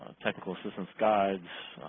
ah technical assistance guides,